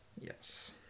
Yes